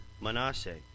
Manasseh